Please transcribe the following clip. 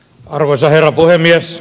arvoisa herra puhemies